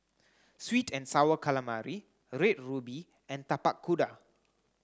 sweet and sour calamari red ruby and Tapak Kuda